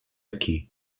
aquí